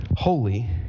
holy